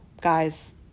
guys